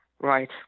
Right